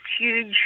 huge